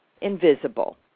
invisible